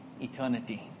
eternity